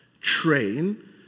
train